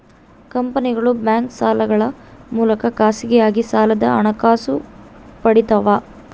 ಕಂಪನಿಗಳು ಬ್ಯಾಂಕ್ ಸಾಲಗಳ ಮೂಲಕ ಖಾಸಗಿಯಾಗಿ ಸಾಲದ ಹಣಕಾಸು ಪಡಿತವ